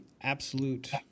absolute